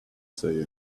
say